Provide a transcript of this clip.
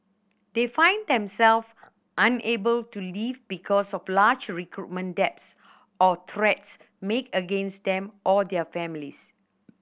they find them self unable to leave because of large recruitment debts or threats made against them or their families